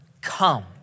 come